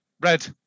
red